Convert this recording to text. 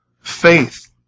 faith